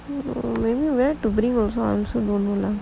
where to bring I also don't know lah